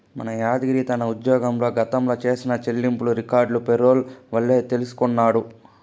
మన యాద్గిరి తన ఉజ్జోగంల గతంల చేసిన చెల్లింపులు రికార్డులు పేరోల్ వల్లే తెల్సికొన్నాడు